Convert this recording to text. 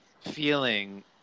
feeling